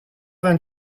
vingt